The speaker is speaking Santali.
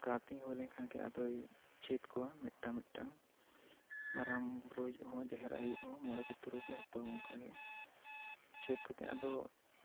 ᱟᱹᱛᱤᱧ ᱦᱩᱭ ᱞᱮᱠᱷᱟᱱ ᱜᱮ ᱟᱫᱚᱭ ᱪᱷᱮᱫᱽ ᱠᱚᱣᱟᱭ ᱢᱤᱫᱴᱟᱝ ᱴᱤᱫᱴᱟᱝ ᱢᱟᱨᱟᱝ ᱵᱳᱨᱳ ᱦᱚᱸ ᱡᱟᱦᱮᱨ ᱟᱭᱳ ᱦᱚᱸ ᱢᱚᱬᱮ ᱠᱚ ᱛᱩᱨᱩᱭ ᱠᱚᱦᱚᱸ ᱛᱚ ᱚᱱᱠᱟ ᱜᱮ ᱪᱷᱮᱫ ᱠᱟᱛᱮᱜ ᱟᱫᱚ